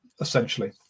essentially